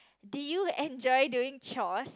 did you enjoy doing chores